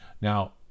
now